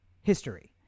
history